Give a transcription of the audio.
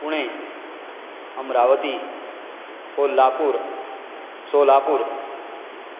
Pune Amravati Kolhapur Solapur